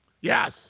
Yes